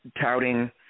touting